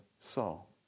Saul